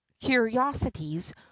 curiosities